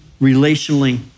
relationally